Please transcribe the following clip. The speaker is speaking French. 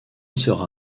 sera